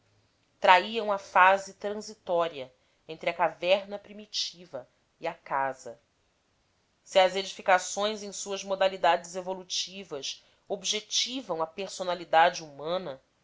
traíam a fase transitória entre a caverna primitiva e a casa se as edificações em suas modalidades evolutivas objetivam a personalidade humana